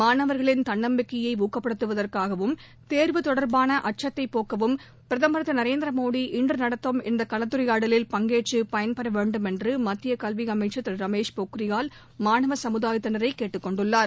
மாணவர்களின் தன்னம்பிக்கையை ஊக்கப்படுத்துவதற்காகவும் தேர்வு தொடர்பான அச்சத்தை போக்கவும் பிரதமர் திரு நரேந்திர மோடி இன்று நடத்தும் இந்த கலந்துரையாடலில் பங்கேற்று பயன்பெற வேண்டும் என்று மத்திய கல்வி அமைச்சர் திரு ரமேஷ் பொக்ரியால் மாணவ சமுதாயத்தினரை கேட்டுக் கொண்டுள்ளார்